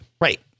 Right